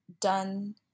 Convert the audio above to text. done